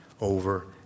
over